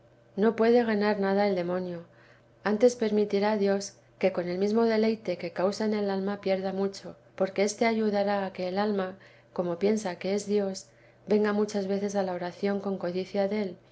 no puede ganar nada el demonio antes permitirá dios que con el mesmo deleite que causa en el alma pierda mucho porque éste ayudará a que el alma como piensa que es dios venga muchas veces a la oración con codicia del y